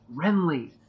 Renly